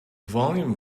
volume